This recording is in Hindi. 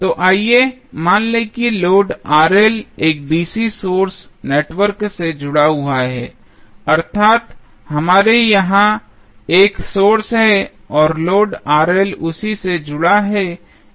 तो आइए मान लें कि लोड एक dc सोर्स नेटवर्क से जुड़ा हुआ है अर्थात हमारे यहां एक सोर्स है और लोड उसी से जुड़ा है